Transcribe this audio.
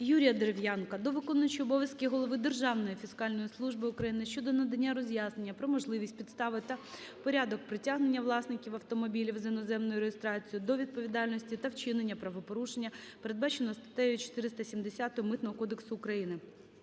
Юрія Дерев'янка до виконуючого обов'язки голови Державної фіскальної служби України щодо надання роз'яснення про можливість, підстави та порядок притягнення власників автомобілів з іноземною реєстрацією до відповідальності за вчинення правопорушення, передбаченого статтею 470 Митного кодексу України.